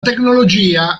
tecnologia